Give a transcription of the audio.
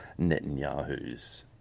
Netanyahu's